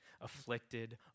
afflicted